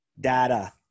data